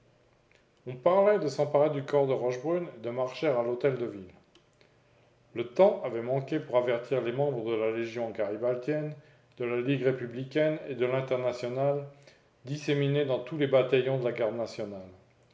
on parlait de s'emparer du corps de rochebrune et de marcher à l'hôtel-de-ville le temps avait manqué pour avertir les membres de la légion garibaldienne de la ligue républicaine et de l'internationale disséminés dans tous les bataillons de la garde nationale